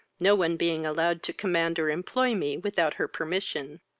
no one being allowed to command or employ me without her permission.